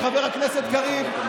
חבר הכנסת קריב,